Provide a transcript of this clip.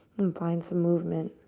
and find some movement.